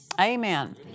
Amen